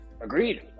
Agreed